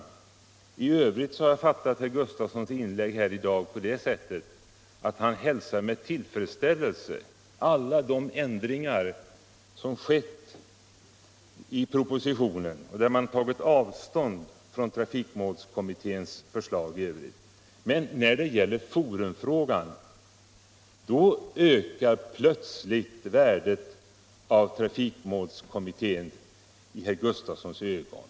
I övrigt har jag fattat herr Gustafsons inlägg på det sättet att han hälsar med tillfredsställelse alla de ändringar som skett i propositionen och där man på väsentliga punkter tagit avstånd från trafikmålskommitténs förslag. Men när det gäller just forumfrågan ökar plötsligt värdet av trafikmålskommitténs ställningstagande i herr Gustafsons ögon.